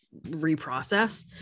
reprocess